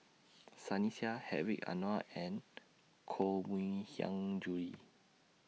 Sunny Sia Hedwig Anuar and Koh Mui Hiang Julie